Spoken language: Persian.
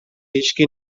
هیشکی